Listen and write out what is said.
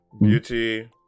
beauty